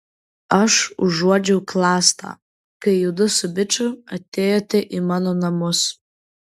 aš užuodžiau klastą kai judu su biču atėjote į mano namus